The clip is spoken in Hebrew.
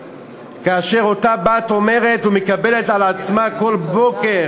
כאשר אותה בת אומרת ומקבלת על עצמה כל בוקר: